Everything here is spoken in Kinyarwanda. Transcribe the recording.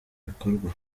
bikorwa